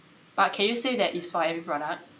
but can you say that it's for every product